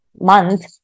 month